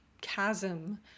chasm